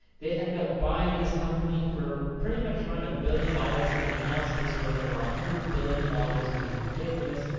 they ended up buying this company for pretty much around a billion dollars. and they now say it's worth over one ah hundred billion dollars, which is ridiculous.